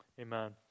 amen